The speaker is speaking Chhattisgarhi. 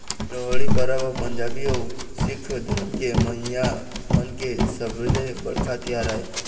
लोहड़ी परब ह पंजाबी अउ सिक्ख धरम के मनइया मन के सबले बड़का तिहार आय